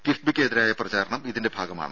കിഫ്ബിക്കെതിരായ പ്രചാരണം ഇതിന്റെ ഭാഗമാണ്